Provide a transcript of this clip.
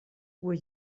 were